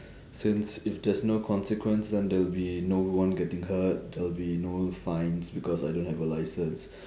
since if there's no consequence then there will be no one getting hurt there will be no fines because I don't have a license